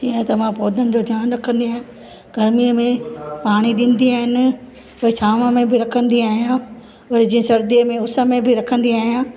ईअं त मां पौधनि जो ध्यानु रखंदी आहियां गर्मीअ में पाणी ॾींदी आहिनि छांव में बि रखंदी आहियां वरी जीअं सर्दीअ में उस में बि रखंदी आहियां